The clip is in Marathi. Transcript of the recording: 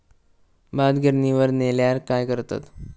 भात गिर्निवर नेल्यार काय करतत?